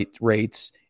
rates